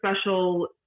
special